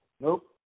Nope